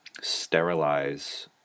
sterilize